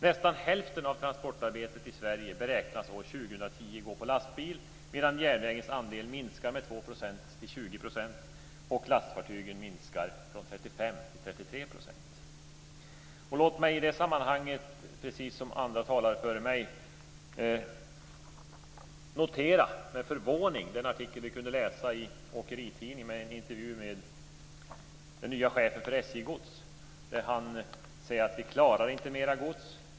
Nästan hälften av transportarbetet i Sverige beräknas år 2010 gå på lastbil medan järnvägens andel minskar med 2 % till Låt mig i det sammanhanget precis som andra talare före mig med förvåning notera den artikel som vi kunde läsa i Åkeritidningen, en intervju med den nya chefen för SJ Gods. Där säger han att vi inte klarar mer gods.